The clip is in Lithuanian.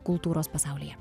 kultūros pasaulyje